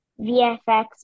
VFX